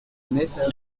six